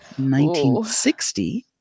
1960